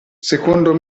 secondo